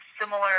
similar